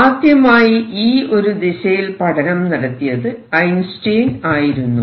ആദ്യമായി ഈ ഒരു ദിശയിൽ പഠനം നടത്തിയത് ഐൻസ്റ്റൈൻ ആയിരുന്നു